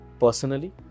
personally